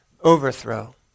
overthrow